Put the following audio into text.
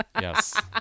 Yes